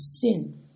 sin